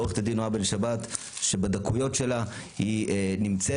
עו"ד נעה בן שבת שבדקויות שלה היא נמצאת